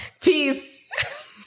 Peace